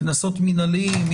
קנסות מנהליים,